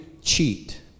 cheat